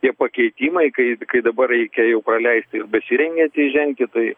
tie pakeitimai kai kai dabar reikia jau praleisti ir besirengianti įžengti tai